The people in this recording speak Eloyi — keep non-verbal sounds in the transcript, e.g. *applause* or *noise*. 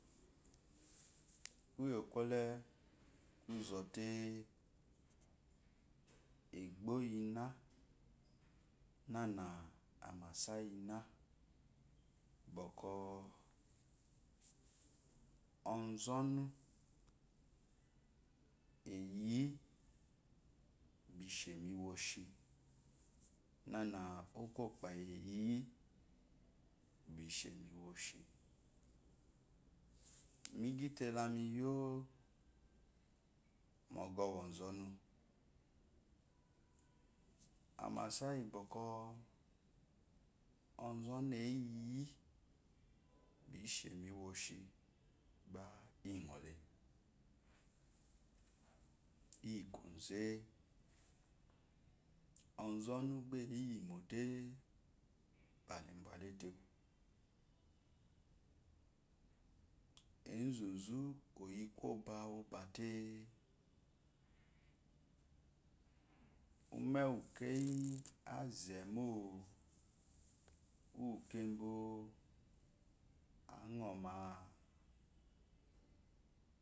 Kuyo kwole kuzɔte eqbo iyi ina náná amasa iyi na bəkɔ *hesitation* ɔzɔni eyiyio ishemi woshi na na okopayi eyi iyi bishe mi woshi mi fite la mi ye mu abu yi ɔzɔnu amasa iyi bɔkɔ ɔzɔnu eyiyi ishemi wo shi ba inɔhe iyi kwoze ɔzɔnu ba eyimode bá la ba lu etewu ezú zú oyi kwoba obate ume uwu leeyi azemo uwu kebo ánɔná